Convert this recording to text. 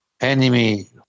Enemy